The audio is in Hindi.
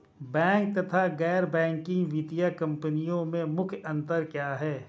बैंक तथा गैर बैंकिंग वित्तीय कंपनियों में मुख्य अंतर क्या है?